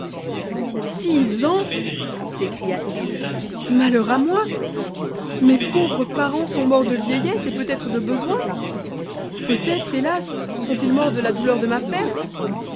six ans s'écria-t-il malheur moi l mes pauvres parents sont morts de vieillesse et peut-être de besoin peut-être hélas sontils morts de la douleur de ma perte